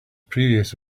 previous